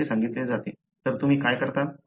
तर तुम्ही काय करता